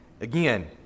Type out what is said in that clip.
again